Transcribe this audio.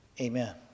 Amen